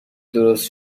درست